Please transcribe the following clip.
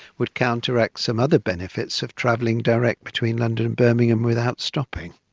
would counteract some other benefits of travelling direct between london and birmingham without stopping.